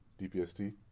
DPST